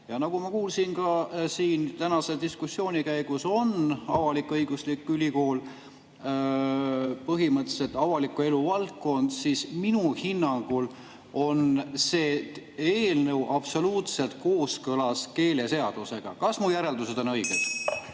Nagu ma kuulsin ka tänase diskussiooni käigus, on avalik-õiguslik ülikool põhimõtteliselt avaliku elu valdkond, seega minu hinnangul on see eelnõu absoluutselt kooskõlas keeleseadusega. Kas mu järeldused on õiged?